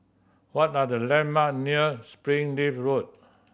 what are the landmark near Springleaf Road